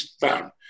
found